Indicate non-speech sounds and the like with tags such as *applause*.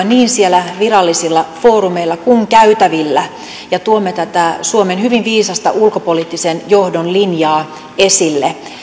*unintelligible* niin siellä virallisilla foorumeilla kuin käytävillä ja tuomme tätä suomen hyvin viisasta ulkopoliittisen johdon linjaa esille